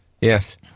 Yes